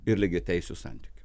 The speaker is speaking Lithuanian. ir lygiateisių santykių